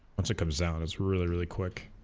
once it comes down it's really really quick